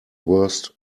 worst